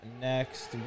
next